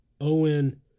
Owen